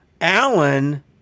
Allen